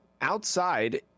outside